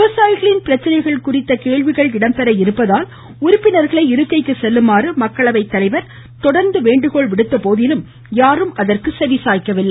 விவசாயிகளின் பிரச்சினைகள் குறித்து கேள்விகள் இடம்பெற இருப்பதால் உறுப்பினர்களை இருக்கைக்கு செல்லுமாறு மக்களவைத்தலைவர் தொடர்ந்து வேண்டுகோள் விடுத்த போதிலும் யாரும் அதற்கு செவி சாய்க்கவில்லை